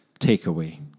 takeaway